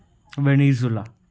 Venezuela